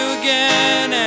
again